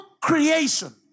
creation